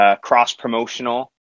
cross-promotional